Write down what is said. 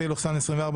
פ/3412/24,